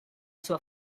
sua